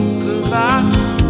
survive